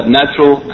natural